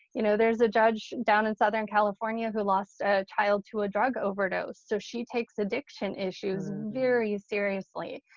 you know there's a judge down in southern california who lost a child to a drug overdose. so she takes addiction issues very seriously.